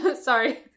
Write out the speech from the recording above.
Sorry